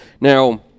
Now